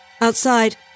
Outside